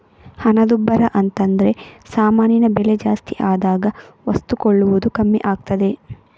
ಹಣದುಬ್ಬರ ಅಂತದ್ರೆ ಸಾಮಾನಿನ ಬೆಲೆ ಜಾಸ್ತಿ ಆದಾಗ ವಸ್ತು ಕೊಳ್ಳುವುದು ಕಮ್ಮಿ ಆಗ್ತದೆ